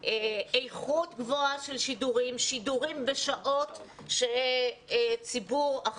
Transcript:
אם זה לא יהיה באיכות גבוהה של שידורים ובשעות שהציבור יכול לצפות